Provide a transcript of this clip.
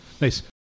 Nice